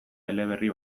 eleberri